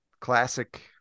classic